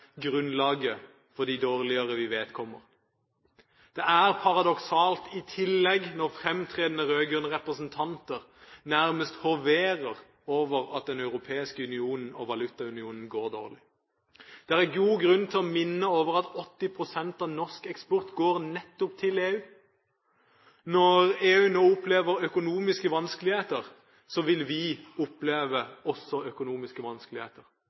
grunnlaget for de dårligere vi vet kommer. Det er i tillegg paradoksalt når fremtredende rød-grønne representanter nærmest hoverer over at Den europeiske union og valutaunionen går dårlig. Det er god grunn til å minne om at over 80 pst. av norsk eksport går nettopp til EU. Når EU nå opplever økonomiske vanskeligheter, vil vi også oppleve økonomiske vanskeligheter.